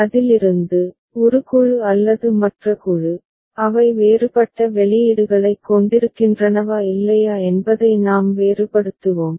அதிலிருந்து ஒரு குழு அல்லது மற்ற குழு அவை வேறுபட்ட வெளியீடுகளைக் கொண்டிருக்கின்றனவா இல்லையா என்பதை நாம் வேறுபடுத்துவோம்